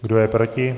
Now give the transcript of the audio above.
Kdo je proti?